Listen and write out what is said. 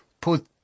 put